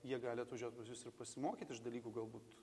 jie gali atvažiuot pas jus ir pasimokyt iš dalykų galbūt